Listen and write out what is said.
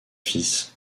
fils